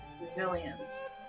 resilience